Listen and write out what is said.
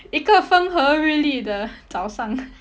一个风和日丽的早上